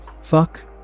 Fuck